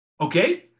okay